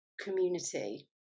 community